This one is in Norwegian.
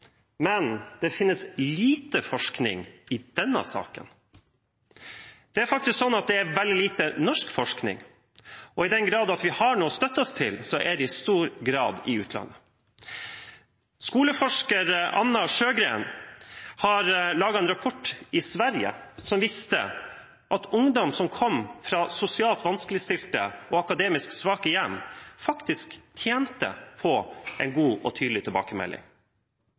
men det finnes lite forskning i denne saken. Det er faktisk veldig lite norsk forskning, og i den grad vi har noe å støtte oss til, er det i stor grad fra utlandet. Skoleforsker Anna Sjögren har laget en rapport i Sverige som viste at ungdom som kom fra sosialt vanskeligstilte og akademisk svake hjem, faktisk tjente på en god og tydelig tilbakemelding.